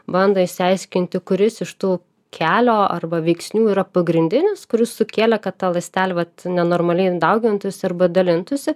bando išsiaiškinti kuris iš tų kelio arba veiksnių yra pagrindinis kuris sukėlė kad ta ląstelė vat nenormaliai daugintųsi arba dalintųsi